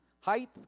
height